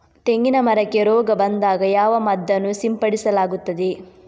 ತೆಂಗಿನ ಮರಕ್ಕೆ ರೋಗ ಬಂದಾಗ ಯಾವ ಮದ್ದನ್ನು ಸಿಂಪಡಿಸಲಾಗುತ್ತದೆ?